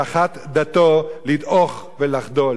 שאחת דתו לדעוך ולחדול".